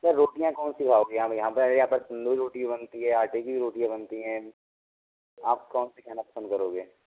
sir रोटियां कौन सी खाओगे आप हमारे यहाँ तंदूरी भी बनती है आटे की भी बनती है आप कौन सी खाना पसंद करोगे